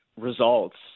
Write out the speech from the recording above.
results